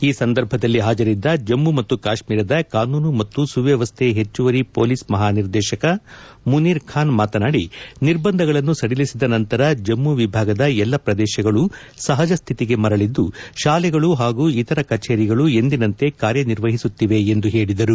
ಈ ಸಂದರ್ಭದಲ್ಲಿ ಹಾಜರಿದ್ದ ಜಮ್ಮು ಮತ್ತು ಕಾಶ್ಮೀರದ ಕಾನೂನು ಮತ್ತು ಸುವ್ಯವಸ್ಥೆ ಹೆಚ್ಚುವರಿ ಪೊಲೀಸ್ ಮಹಾನಿರ್ದೇಶಕ ಮುನೀರ್ ಖಾನ್ ಮಾತನಾಡಿ ನಿರ್ಬಂಧಗಳನ್ನು ಸಡಿಲಿಸಿದ ನಂತರ ಜಮ್ಮು ವಿಭಾಗದ ಎಲ್ಲ ಪ್ರದೇಶಗಳು ಸಹಜಸ್ತಿತಿಗೆ ಮರಳಿದ್ದು ಶಾಲೆಗಳು ಹಾಗೂ ಇತರ ಕಚೇರಿಗಳು ಎಂದಿನಂತೆ ಕಾರ್ಯನಿರ್ವಹಿಸುತ್ತಿವೆ ಎಂದು ಹೇಳಿದರು